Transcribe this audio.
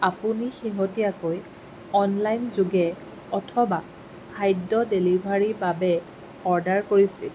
আপুনি শেহতীয়াকৈ অনলাইনযোগে অথবা খাদ্য ডেলিভাৰীৰ বাবে অৰ্ডাৰ কৰিছিল